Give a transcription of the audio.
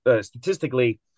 statistically